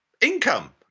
income